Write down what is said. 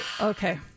Okay